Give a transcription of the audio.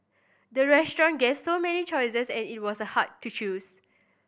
the restaurant gave so many choices and it was hard to choose